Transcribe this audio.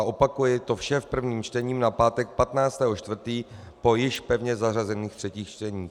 Opakuji, to vše v prvním čtení na pátek 15. 4. po již pevně zařazených třetích čteních.